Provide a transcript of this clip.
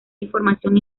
información